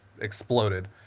exploded